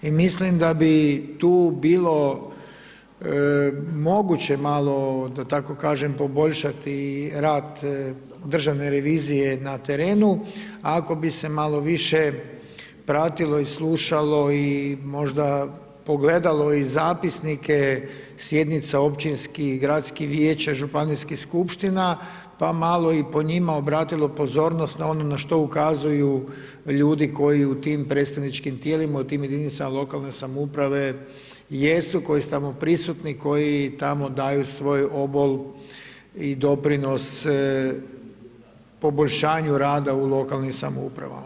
I mislim da bi tu bilo, moguće malo, da tako kažem poboljšati rad Državne revizije na terenu, ako bi se malo više pratilo i slušalo i možda pogledalo i zap9isnike sjednica općinskih i gradskih vijeća, županijskih skupština, pa malo i po njima obratilo pozornost na ono što ukazuju ljudi koji u tim predstavničkim tijelima, u tim jedinicama lokalne samouprave jesu, koji su tamo prisutni, koji tamo daju svoj obol i doprinos poboljšanju rada u lokalnim samoupravama.